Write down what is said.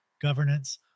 governance